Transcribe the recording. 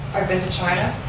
i've been to china.